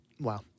wow